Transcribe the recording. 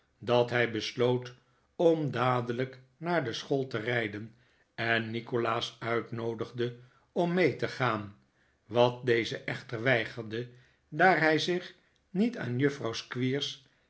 dat hij besloot om dadelijk naar de school te rijden en nikolaas uitnoodigde om mee te gaan wat deze echter weigerde daar hij zich niet aan juffrouw